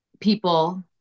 people